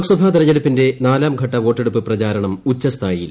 ലോക്സഭാ തിരഞ്ഞെടുപ്പിന്റെ നാലാംഘട്ട വോട്ടെടുപ്പ് പ്രപചാരണം ഉച്ഛസ്ഥായിയിൽ